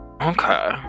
Okay